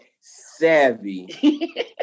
savvy